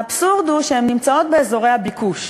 האבסורד הוא שהן נמצאות באזורי הביקוש,